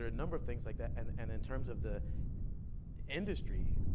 ah number of things like that, and and in terms of the industry,